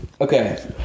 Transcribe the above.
Okay